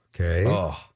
Okay